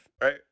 right